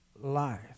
Life